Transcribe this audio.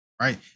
Right